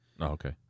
okay